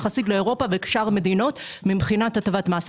יחסית לאירופה ולשאר המדינות מבחינת הטבת מס.